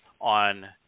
on